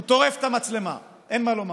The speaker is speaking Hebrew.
הוא טורף את המצלמה, אין מה לומר.